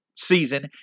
Season